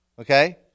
okay